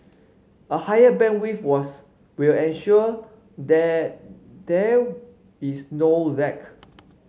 a higher bandwidth was will ensure that there is no lack